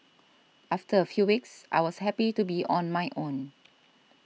after a few weeks I was happy to be on my own